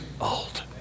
old